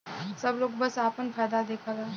सब लोग बस आपन फायदा देखला